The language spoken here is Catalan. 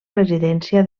residència